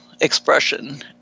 expression